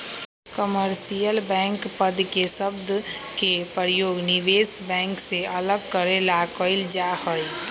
commercial bank पद के शब्द के प्रयोग निवेश बैंक से अलग करे ला कइल जा हई